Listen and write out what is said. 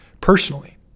personally